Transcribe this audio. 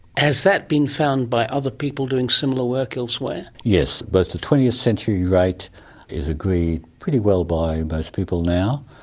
has that been found by other people doing similar work elsewhere? yes, but the twentieth century rate is agreed pretty well by most people now.